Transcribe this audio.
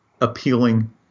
appealing